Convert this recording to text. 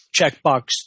checkbox